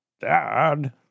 Dad